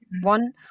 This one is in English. one